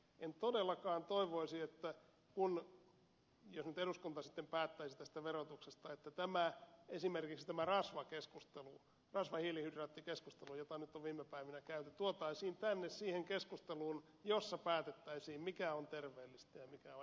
en todellakaan toivoisi jos nyt eduskunta sitten päättäisi tästä verotuksesta että esimerkiksi tämä rasvahiilihydraatti keskustelu jota nyt on viime päivinä käyty tuotaisiin tänne siihen keskusteluun jossa päätettäisiin mikä on terveellistä ja mikä on epäterveellistä